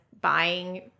buying